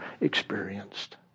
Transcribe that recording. experienced